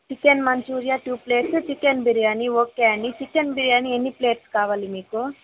chicken Manchuria two plates chicken biryani okay అండి chicken biryani ఎన్ని plates కావాలి మీకు